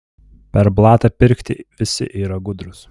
per blatą pirkti visi yra gudrūs